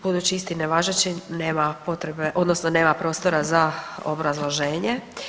Budući je isti nevažeći, nema potrebe, odnosno nema prostora za obrazloženje.